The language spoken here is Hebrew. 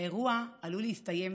האירוע עלול להסתיים